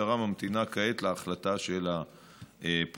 והמשטרה ממתינה כעת להחלטה של הפרקליטות.